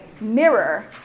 mirror